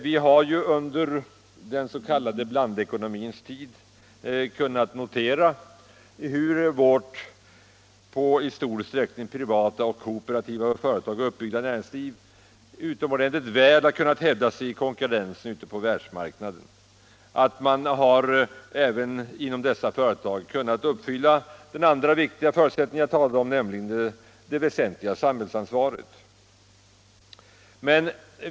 Vi har under den s.k. blandekonomins tid kunnat notera hur vårt näringsliv med i stor utsträckning privat och kooperativt uppbyggda företag utomordentligt väl har kunnat hävda sig ute på världsmarknaden. Man har inom dessa företag även kunnat uppfylla den andra viktiga förutsättning som jag talade om, nämligen det grundläggande sam hällsansvaret.